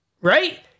Right